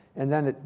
and then,